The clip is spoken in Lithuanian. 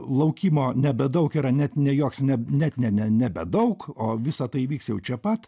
laukimo nebedaug yra net ne joks ne net ne ne nebedaug o visa tai įvyks jau čia pat